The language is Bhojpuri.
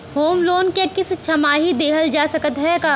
होम लोन क किस्त छमाही देहल जा सकत ह का?